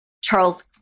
Charles